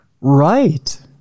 Right